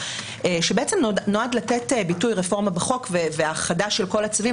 שבעצם נועד לתת ביטוי רפורמה בחוק והאחדה של כל הצווים,